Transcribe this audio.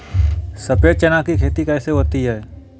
सफेद चना की खेती कैसे होती है?